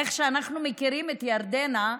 איך שאנחנו מכירים את ירדנה,